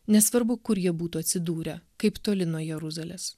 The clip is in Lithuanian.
nesvarbu kur jie būtų atsidūrę kaip toli nuo jeruzalės